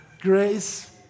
grace